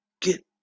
get